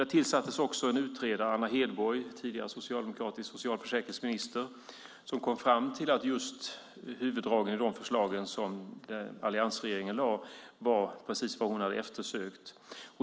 Där tillsattes också utredaren Anna Hedborg, tidigare socialdemokratisk socialförsäkringsminister, som kom fram till att just huvuddragen i de förslag som alliansregeringen lade fram var precis vad hon hade eftersökt.